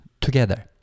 together